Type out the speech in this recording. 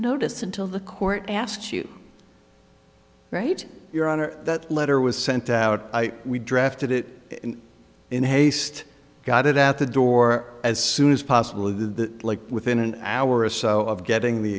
notice until the court asks you right your honor that letter was sent out we drafted it in haste got it out the door as soon as possible of the like within an hour or so of getting the